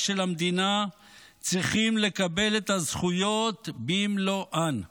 של המדינה צריכים לקבל את הזכויות במלואן.